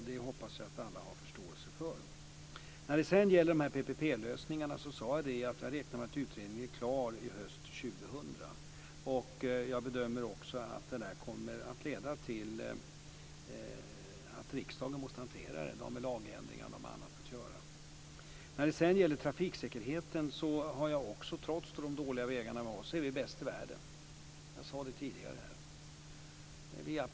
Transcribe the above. Det hoppas jag att alla har förståelse för. När det gäller PPP-lösningarna räknar jag med att utredningen är klar nu till hösten 2000. Jag bedömer att den kommer att leda till att riksdagen måste hantera frågan. Det har med lagändringar och annat att göra. Som jag har sagt, så är vi bäst i världen när det gäller trafiksäkerhet, trots de dåliga vägarna. Vi är absolut bäst i världen.